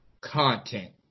content